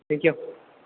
thank you